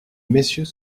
messieurs